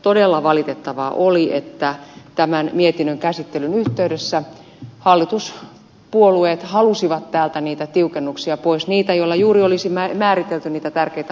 todella valitettavaa oli että mietinnön käsittelyn yhteydessä hallituspuolueet halusivat täältä niitä tiukennuksia pois niitä joilla juuri olisi määritelty niitä tärkeitä asioita